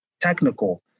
technical